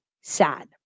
sad